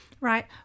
right